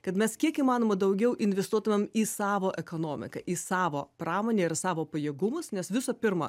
kad mes kiek įmanoma daugiau investuotumėm į savo ekonomiką į savo pramonę ir savo pajėgumus nes visų pirma